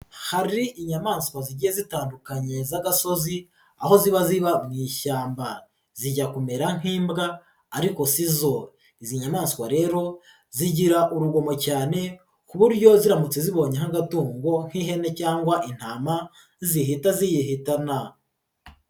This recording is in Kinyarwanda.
Hari inyamaswa zigiye zitandukanye z'agasozi aho ziba ziba mu ishyamba, zijya kumera nk'imbwa ariko si zo, izi nyamaswa rero zigira urugomo cyane ku buryo ziramutse zibonyeho agatungo nk'ihene cyangwa intama, zihita ziyihitana.